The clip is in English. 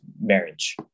marriage